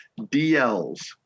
DLs